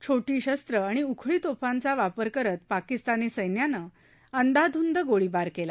छोटी शस्त्र आणि उखळी तोफांचा वापर करत पाकिस्तानी सैन्यानं अंदाधूंद गोळीबार केला